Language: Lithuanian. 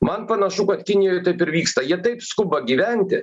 man panašu kad kinijoj taip ir vyksta jie taip skuba gyventi